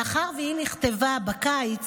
מאחר שהיא נכתבה בקיץ,